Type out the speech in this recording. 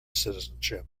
citizenship